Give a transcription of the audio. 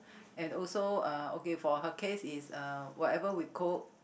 and also uh okay for her case is uh whatever we cook